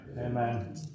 Amen